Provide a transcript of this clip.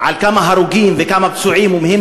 זה ארגון עולמי לזכויות